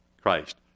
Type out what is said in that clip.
Christ